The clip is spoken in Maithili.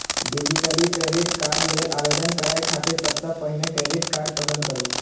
डिजिटली क्रेडिट कार्ड लेल आवेदन करै खातिर सबसं पहिने क्रेडिट कार्ड पसंद करू